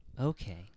Okay